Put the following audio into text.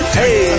hey